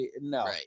no